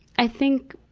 i think,